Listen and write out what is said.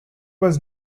was